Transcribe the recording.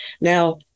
Now